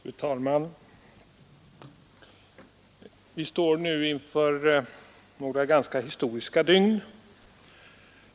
Fru talman! Vi står nu inför några ganska historiska dygn.